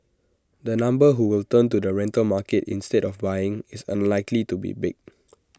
the number who will turn to the rental market instead of buying is unlikely to be big